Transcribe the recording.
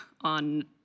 on